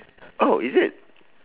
oh is it